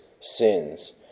sins